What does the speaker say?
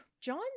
John